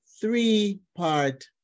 three-part